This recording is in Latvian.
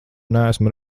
neesmu